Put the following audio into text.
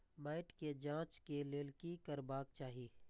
मैट के जांच के लेल कि करबाक चाही?